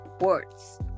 words